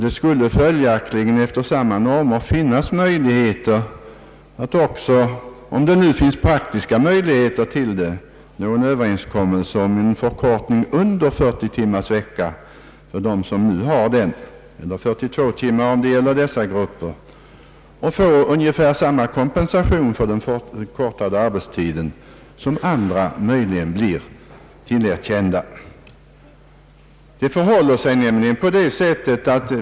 Det skulle följaktligen efter samma normer finnas möjligheter till — om det finns praktiska möjligheter därtill — att nå en överenskommelse om en förkortning av arbetstiden till ett lägre antal timmar än 40 timmar per vecka för dem som har sådan, eller mindre än 42 timmar om det gäller sådana grupper, och få ungefär samma kompensation för den förkortade arbetstid som andra möjligen blir tillerkända.